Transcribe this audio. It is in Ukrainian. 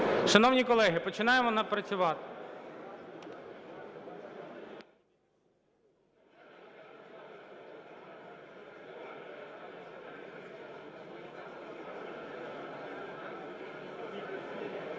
Шановні колеги, починаємо працювати.